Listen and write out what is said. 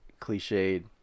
cliched